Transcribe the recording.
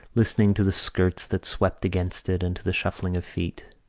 listening to the skirts that swept against it and to the shuffling of feet.